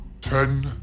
Ten